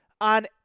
on